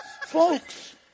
Folks